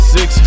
Six